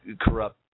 corrupt